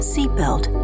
Seatbelt